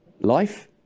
Life